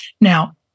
Now